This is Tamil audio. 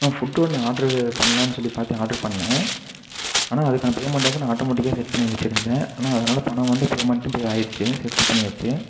ஆ ஃபுட்டு ஒன்று ஆட்ரு பண்ணலான்னு சொல்லி பார்த்தேன் ஆட்ரு பண்ணேன் ஆனால் அதுக்கான பேமண்ட் வந்து நான் ஆட்டோமோட்டிக்காக செட் பண்ணி வச்சிருந்தேன் ஆனால் அதனால் பணம் வந்து பேமண்ட்டும் பே ஆகிடுச்சி செட்டில் பண்ணியாச்சு